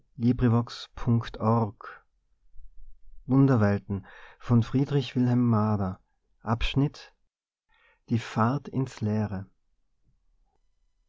die fahrt ins leere